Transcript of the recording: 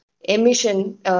emission